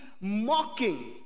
mocking